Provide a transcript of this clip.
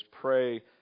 Pray